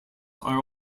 are